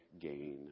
gain